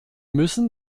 müssen